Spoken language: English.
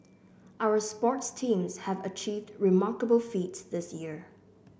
our sports teams have achieved remarkable feats this year